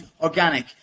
organic